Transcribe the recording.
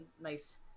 nice